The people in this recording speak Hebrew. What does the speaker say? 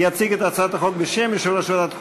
יציג את הצעת החוק בשם יושב-ראש ועדת החוקה,